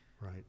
Right